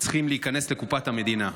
צריכים להיכנס לקופת המדינה.